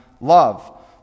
love